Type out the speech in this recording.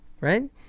right